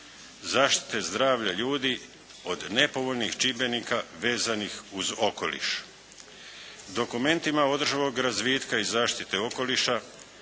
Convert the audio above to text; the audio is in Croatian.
zaštite zdravlja ljudi od nepovoljnih čimbenika vezanih uz okoliš. Dokumentima održivog razvitka i zaštite okoliša